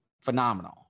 phenomenal